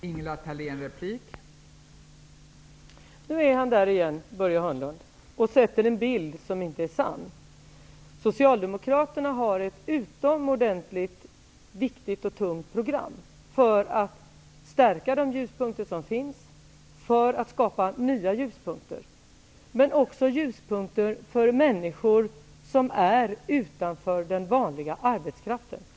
Fru talman! Nu är Börje Hörnlund där igen och sätter upp en bild som inte är sann. Socialdemokraterna har ett utomordentligt viktigt och tungt program för att stärka de ljuspunkter som finns och för att skapa nya ljuspunkter, även för människor som står utanför den vanliga arbetsmarknaden.